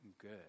good